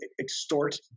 extort